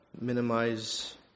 minimize